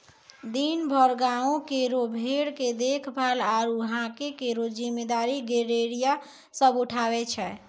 दिनभर गांवों केरो भेड़ के देखभाल आरु हांके केरो जिम्मेदारी गड़ेरिया सब उठावै छै